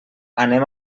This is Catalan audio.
anem